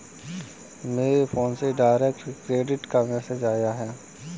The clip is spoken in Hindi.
मेरे फोन में डायरेक्ट क्रेडिट का मैसेज आया है